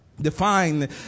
define